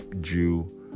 Jew